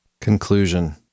Conclusion